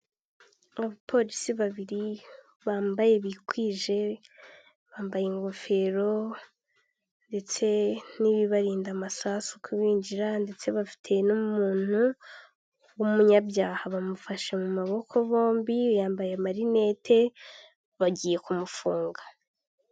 Abapolisi babiri bambaye bikwije, bambaye ingofero, ndetse n'ibibarinda amasasu kubinjira, ndetse bafite n'umuntu w'umunyabyaha bamufashe mu maboko bombi, yambaye marinete bagiye kumufunga.